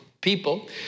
people